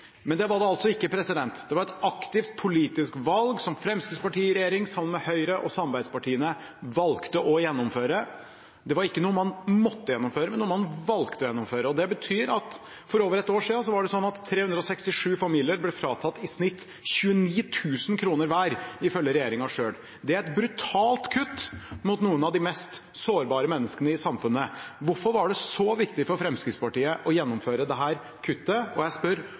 Men det var det ikke. Det var et aktivt politisk valg som Fremskrittspartiet i regjering, sammen med Høyre og samarbeidspartiene, valgte å gjennomføre. Det var ikke noe man måtte gjennomføre, men det var noe man valgte å gjennomføre, og det betyr at for over ett år siden ble 367 familier fratatt i snitt 29 000 kr hver, ifølge regjeringen selv. Det er et brutalt kutt mot noen av de mest sårbare menneskene i samfunnet. Hvorfor var det så viktig for Fremskrittspartiet å gjennomføre dette kuttet? Og jeg spør